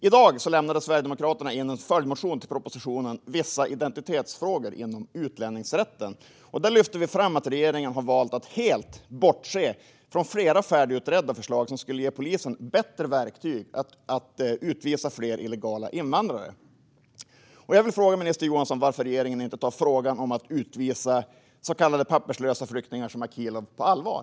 I dag lämnade Sverigedemokraterna in en följdmotion till propositionen Vissa identitetsfrågor inom utlänningsrätten . Där lyfter vi fram att regeringen har valt att helt bortse från flera färdigutredda förslag som skulle ge polisen bättre verktyg för att utvisa fler illegala invandrare. Jag vill fråga minister Johansson varför regeringen inte tar frågan om att utvisa så kallade papperslösa flyktingar som Akilov på allvar.